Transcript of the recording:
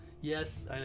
Yes